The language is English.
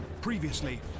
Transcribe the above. Previously